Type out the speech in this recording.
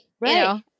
Right